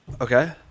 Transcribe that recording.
Okay